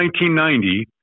1990